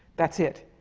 that's it!